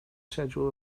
schedule